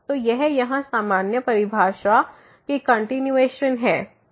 तो यह यहां सामान्य परिभाषा की कंटिन्यूएशन है